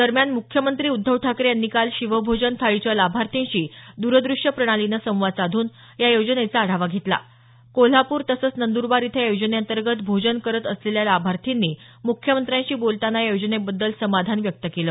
दरम्यान मुख्यमंत्री उद्धव ठाकरे यांनी काल शिवभोजन थाळीच्या लाभार्थींशी दरदृश्य प्रणालीनं संवाद साधून या योजनेचा आढावा घेतला कोल्हापूर तसंच नंदरबार इथं या योजनेअंतर्गत भोजन करत असलेल्या लाभार्थींनी मुख्यमंत्र्यांशी बोलताना या योजनेबद्दल समाधान व्यक्त केलं